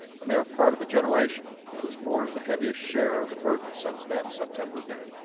and they are part of a generation that has borne the heaviest share of the burden since that september day.